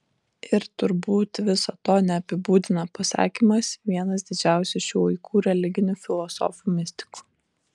ir turbūt viso to neapibūdina pasakymas vienas didžiausių šių laikų religinių filosofų mistikų